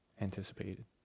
anticipated